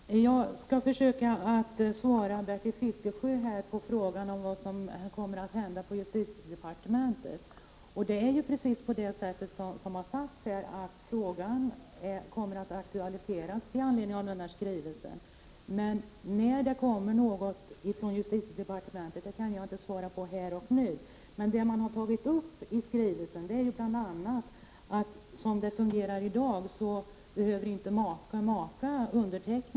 Herr talman! Jag skall försöka svara Bertil Fiskesjö på frågan om vad som kommer att hända på justitiedepartementet. Precis som här har sagts kommer frågan att aktualiseras i anledning av skrivelsen. Men när det kommer något besked från justitiedepartementet kan jag inte svara på här och nu. Det man har tagit upp i skrivelsen är bl.a. att make/maka med dagens system inte behöver underteckna valförsändelsen.